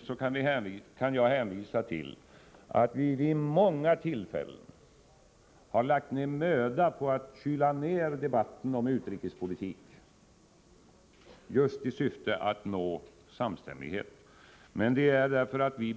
För centerns del kan jag hänvisa till att vi vid många tillfällen har lagt ner möda på att kyla ner debatten om utrikespolitik just i syfte att nå samstämmighet. Att vi